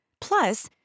Plus